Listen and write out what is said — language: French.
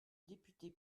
député